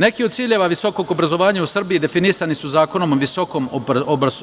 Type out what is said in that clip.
Neki od ciljeva visokog obrazovanja u Srbiji definisani su Zakonom i visokom